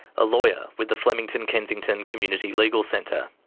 a lawyer with the flemington kensington community legal centre.